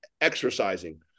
exercising